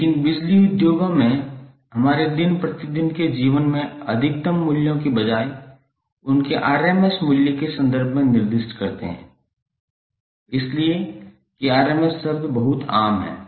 लेकिन बिजली उद्योगों में हमारे दिन प्रतिदिन के जीवन में अधिकतम मूल्यों के बजाय उनके rms मूल्य के संदर्भ में निर्दिष्ट करते हैं इसलिए कि rms शब्द बहुत आम है